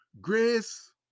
grace